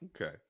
okay